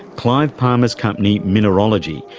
clive palmer's company, mineralogy,